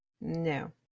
No